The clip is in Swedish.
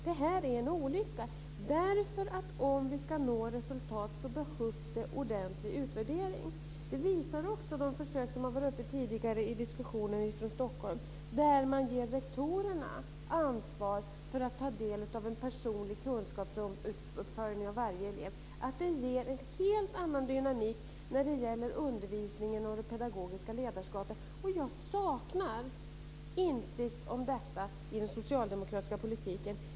Detta är en olycka, därför att om vi ska nå resultat så behövs det ordentlig utvärdering. Det visar också de försök från Stockholm som har varit uppe till diskussion tidigare. Där har man gett rektorerna ansvar för att ta del av en personlig kunskapsuppföljning, och detta ger en helt annan dynamik när det gäller undervisningen och det pedagogiska ledarskapet. Jag saknar insikt om detta i den socialdemokratiska politiken.